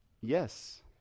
Yes